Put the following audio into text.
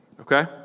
okay